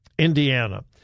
Indiana